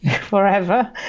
forever